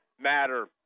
matter